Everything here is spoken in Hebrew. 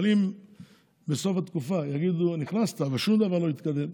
אבל אם בסוף התקופה יגידו שנכנסת ושום דבר לא התקדם,